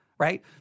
Right